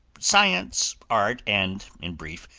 science, art and, in brief,